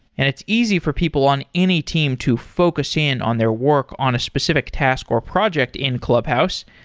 and it's easy for people on any team to focus in on their work on a specific task or project in clubhouse,